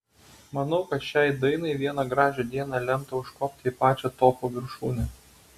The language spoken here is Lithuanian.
manau kad šiai dainai vieną gražią dieną lemta užkopti į pačią topų viršūnę